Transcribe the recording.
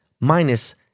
minus